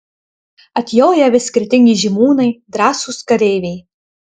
atjoja vis skirtingi žymūnai drąsūs kareiviai